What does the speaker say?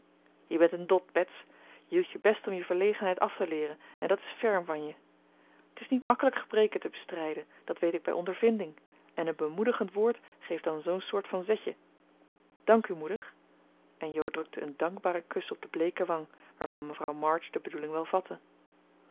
je bent een dot bets je doet je best om je verlegenheid af te leeren en dat is ferm van je t is niet makkelijk gebreken te bestrijden dat weet ik bij ondervinding en een bemoedigend woord geeft dan zoo'n soort van zetje dank u moeder en jo drukte een dankbaren kus op de bleeke wang waarvan mevrouw march de bedoeling wel vatte